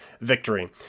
victory